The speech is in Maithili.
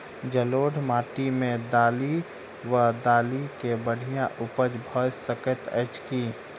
जलोढ़ माटि मे दालि वा दालि केँ बढ़िया उपज भऽ सकैत अछि की?